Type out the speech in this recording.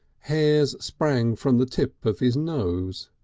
hairs sprang from the tip of his nose.